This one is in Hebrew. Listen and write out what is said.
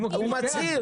הוא מצהיר.